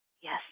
yes